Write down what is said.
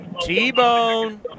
T-Bone